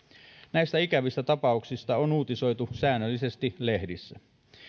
näistä ikävistä tapauksista on uutisoitu säännöllisesti lehdissä